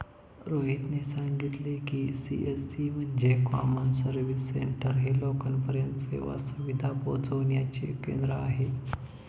रोहितने सांगितले की, सी.एस.सी म्हणजे कॉमन सर्व्हिस सेंटर हे लोकांपर्यंत सेवा सुविधा पोहचविण्याचे केंद्र आहे